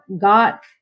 got